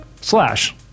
Slash